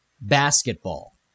Basketball